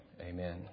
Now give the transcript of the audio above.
Amen